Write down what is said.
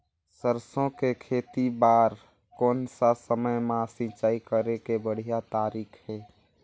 सरसो के खेती बार कोन सा समय मां सिंचाई करे के बढ़िया तारीक हे?